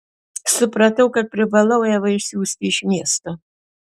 supratau kad privalau evą išsiųsti iš miesto